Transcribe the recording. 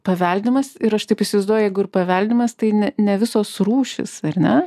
paveldimas ir aš taip įsivaizduoju jeigu ir paveldimas tai ne ne visos rūšys ar ne